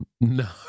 No